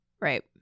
Right